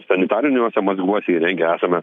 sanitariniuose mazguose įrengę esame